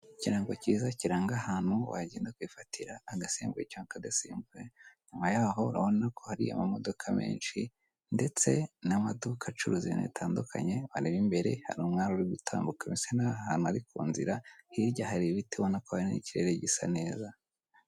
Ikirango kiza kiranga ahantu wagenda kwifatira agasembuye cyangwa akadasembuye. Inyuma yaho urabona ko hari amamodoka menshi, ndetse n'amaduka acuruza ibintu bitandukanye. Wareba imbere hari umwari uri gutambuka bisi nk'aho ari ahantu hari ku nzira, hirya hari ibiti ubonako hari n'ikirere gisa neza.